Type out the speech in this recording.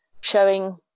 showing